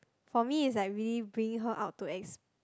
for me is like really bring her out to ex